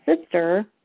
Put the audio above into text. sister